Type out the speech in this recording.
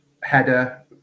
header